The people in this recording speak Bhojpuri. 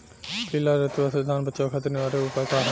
पीला रतुआ से धान बचावे खातिर निवारक उपाय का ह?